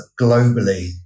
globally